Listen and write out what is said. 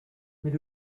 mais